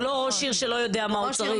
הוא לא ראש עיר שלא יודע מה הוא צריך.